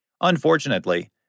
Unfortunately